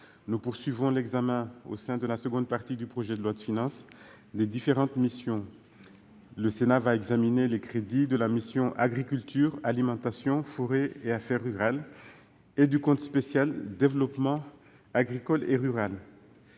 Nous poursuivons l'examen, au sein de la seconde partie du projet de loi de finances, des différentes missions. Le Sénat va examiner les crédits de la mission « Agriculture, alimentation, forêt et affaires rurales » et du compte d'affectation spéciale « Développement agricole et rural